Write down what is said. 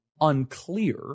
unclear